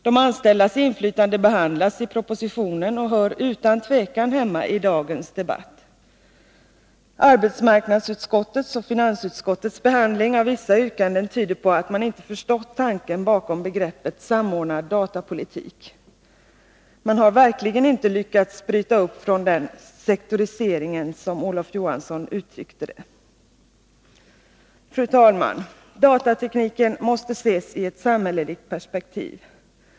De anställdas inflytande behandlas i propositionen och hör utan tvivel hemma i dagens debatt. Arbetsmarknadsutskottets och finansutskottets behandling av vissa yrkanden tyder på att man inte förstått tanken bakom begreppet samordnad datapolitik. Man har verkligen inte lyckats att avskaffa sektoriseringen, som Olof Johansson uttryckte sig. Fru talman! Datatekniken måste ses i ett samhälleligt perspektiv.